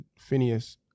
Phineas